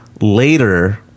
later